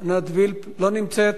עינת וילף, לא נמצאת.